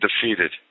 defeated